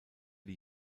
die